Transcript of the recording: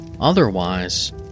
Otherwise